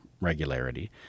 regularity